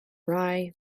rye